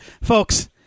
folks